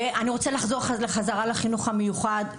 והם רוצים לחזור לחינוך המיוחד.